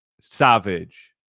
Savage